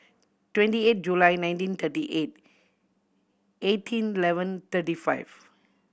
twenty eight July nineteen thirty eight eighteen eleven thirty five